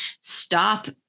stop